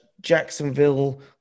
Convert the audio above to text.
Jacksonville